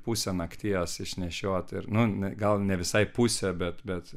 pusę nakties išnešioti ir nu gal ne visai pusę bet bet